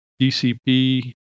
DCP